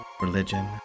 religion